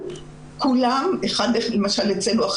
אצלנו,